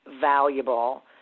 valuable